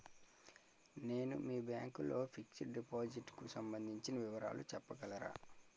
నేను మీ బ్యాంక్ లో ఫిక్సడ్ డెపోసిట్ కు సంబందించిన వివరాలు చెప్పగలరా?